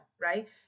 right